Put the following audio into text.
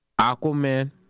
Aquaman